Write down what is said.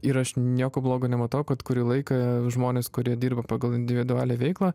ir aš nieko blogo nematau kad kurį laiką žmonės kurie dirba pagal individualią veiklą